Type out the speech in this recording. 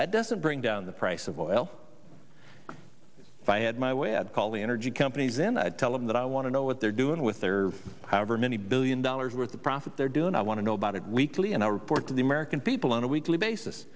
that doesn't bring down the price of oil if i had my way i'd call the energy companies and i'd tell them that i want to know what they're doing with their however many billion dollars worth of profit they're doing i want to know about it weekly and i report to the american people on a weekly basis